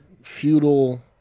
feudal